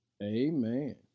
amen